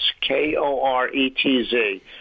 K-O-R-E-T-Z